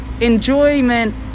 enjoyment